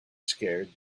scared